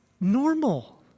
normal